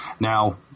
Now